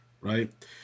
right